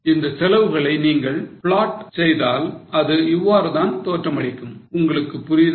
இந்த செலவுகளை நீங்கள் plot செய்தால் அது இவ்வாறுதான் தோற்றமளிக்கும் உங்களுக்கு புரியுதா